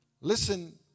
Listen